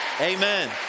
amen